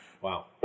Wow